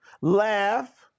laugh